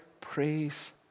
praise